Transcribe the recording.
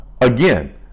again